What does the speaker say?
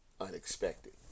Unexpected